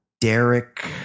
Derek